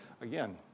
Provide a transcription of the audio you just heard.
again